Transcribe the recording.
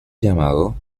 llamado